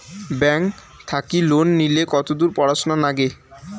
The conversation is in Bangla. ব্যাংক থাকি লোন নিলে কতদূর পড়াশুনা নাগে?